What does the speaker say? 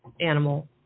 animal